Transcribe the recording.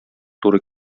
туры